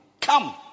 Come